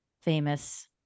famous